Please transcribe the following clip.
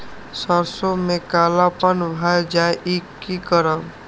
सरसों में कालापन भाय जाय इ कि करब?